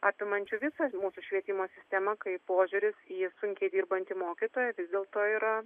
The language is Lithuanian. apimančių visą mūsų švietimo sistemą kai požiūris į sunkiai dirbantį mokytoją vis dėlto yra